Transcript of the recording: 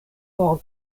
por